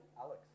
Alex